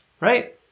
right